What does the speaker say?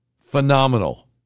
phenomenal